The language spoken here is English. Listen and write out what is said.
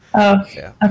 okay